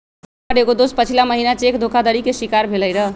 हमर एगो दोस पछिला महिन्ना चेक धोखाधड़ी के शिकार भेलइ र